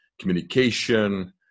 communication